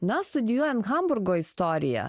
na studijuojant hamburgo istoriją